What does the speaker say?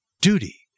duty